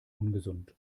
ungesund